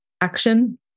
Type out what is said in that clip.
action